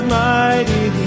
mighty